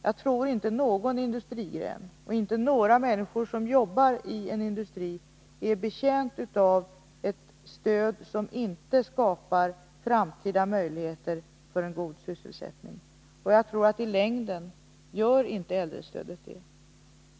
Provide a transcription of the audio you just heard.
Jag tror inte att någon industrigren eller några människor som jobbar i en industri är betjänta av ett stöd som inte skapar framtida möjligheter för god sysselsättning, och jag anser att i längden gör inte äldrestödet det.